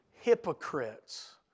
hypocrites